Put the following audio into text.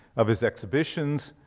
of his exhibitions,